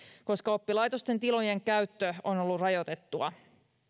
koska oppilaitosten tilojen käyttö on ollut rajoitettua